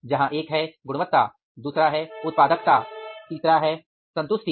जहां एक है गुणवत्ता दूसरा है उत्पादकता तीसरा है संतुष्टि